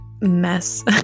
mess